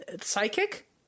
Psychic